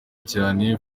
cyane